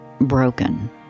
broken